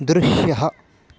दृश्यः